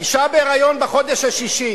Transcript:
אשה בהיריון בחודש השישי,